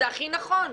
זה הכי נכון.